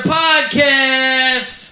podcast